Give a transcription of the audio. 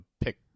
pick